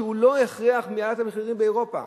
שזה לא הכרח מעליית המחירים באירופה?